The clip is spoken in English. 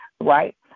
right